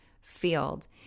field